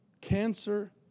Cancer